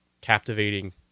captivating